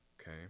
okay